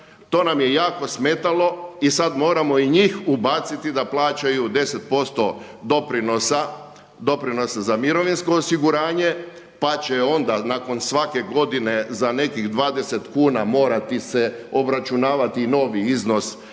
to nam je jako smetalo i sad moramo i njih ubaciti da plaćaju 10% doprinosa za mirovinsko osiguranje, pa će onda nakon svake godine za nekih 20 kuna morati se obračunavati i novi iznos